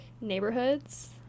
neighborhoods